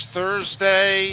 Thursday